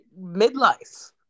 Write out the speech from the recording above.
midlife